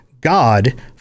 god